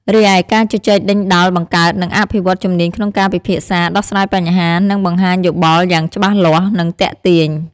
រីឯ ការជជែកដេញដោល បង្កើត និងអភិវឌ្ឍជំនាញក្នុងការពិភាក្សា ដោះស្រាយបញ្ហា និងបង្ហាញយោបល់យ៉ាងច្បាស់លាស់ និងទាក់ទាញ។